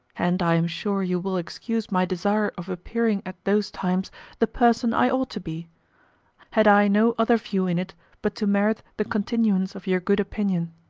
and i am sure you will excuse my desire of appearing at those times the person i ought to be had i no other view in it but to merit the continuance of your good opinion.